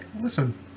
listen